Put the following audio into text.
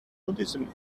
nudism